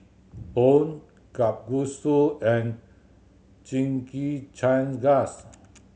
Pho Kalguksu and